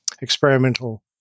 experimental